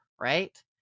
right